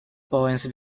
poems